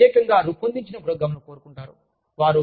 వారు ప్రత్యేకంగా రూపొందించిన ప్రోగ్రామ్లను కోరుకుంటారు